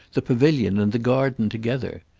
the pavilion and the garden, together?